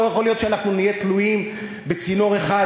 לא יכול להיות שאנחנו נהיה תלויים בצינור אחד